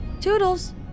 Toodles